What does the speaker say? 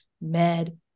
med